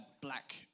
black